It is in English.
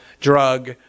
drug